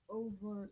over